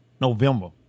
November